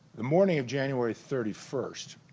the morning of january thirty first